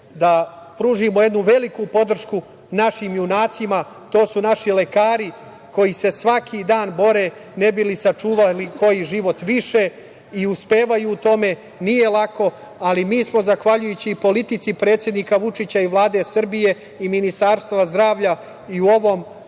da pružimo jednu veliku podršku našim junacima, to su naši lekari, koji se svaki dan bore ne bi li sačuvali koji život više i uspevaju u tome. Nije lako, ali mi smo, zahvaljujući politici predsednika Vučića, Vlade Srbije i Ministarstva zdravlja, i u ovom